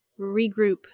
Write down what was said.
regroup